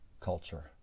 culture